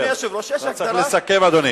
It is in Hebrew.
אדוני היושב-ראש, יש הגדרה, אתה צריך לסכם, אדוני.